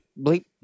bleep